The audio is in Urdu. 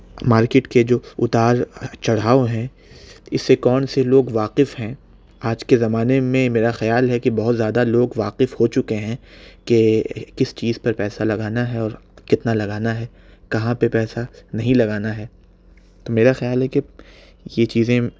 مارکیٹ کے جو اتار چڑھاؤ ہیں اسے کون سے لوگ واقف ہیں آج کے زمانے میں میرا خیال ہے کہ بہت زیادہ لوگ واقف ہو چکے ہیں کہ کس چیز پر پیسہ لگانا ہے کتنا لگانا ہے کہاں پہ پیسہ نہیں لگانا ہے تو میرا خیال ہے کہ یہ چیزیں